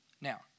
Now